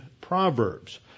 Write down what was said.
Proverbs